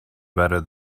better